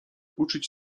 uczyć